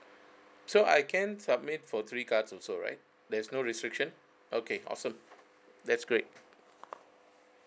so I can submit for three cards also right there's no restriction okay awesome that's great